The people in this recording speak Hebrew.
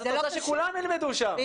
את רוצה שכולם ילמדו שם,